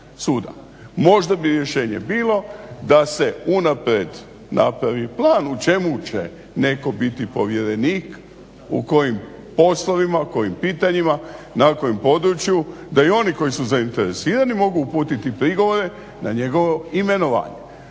Možda bi rješenje bilo da se unaprijed napravi plan u čemu će netko biti povjerenik u kojim poslovima, u kojim pitanjima, na kojem području da i oni koji su zainteresirani mogu uputiti prigovore na njegovo imenovanje.